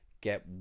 get